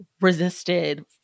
resisted